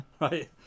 Right